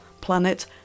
planet